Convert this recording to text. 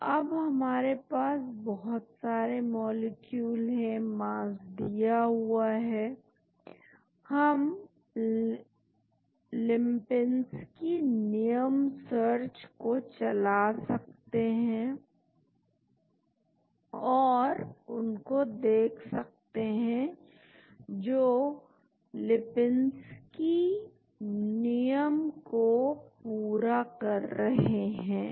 तो अब हमारे पास बहुत सारे मॉलिक्यूल है मास दिया हुआ है हम लिपिंस्की नियम सर्च को चला कर सकते हैं और उनको देख सकते हैं जो लिपिंस्की नियम को पूरा कर रहे हैं